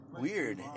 weird